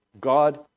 God